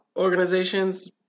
organizations